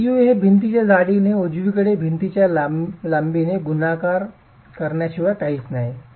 तर Pu हे भिंतीच्या जाडीने उजवीकडे भिंतीच्या लांबीने गुणाकार करण्याशिवाय काहीच नाही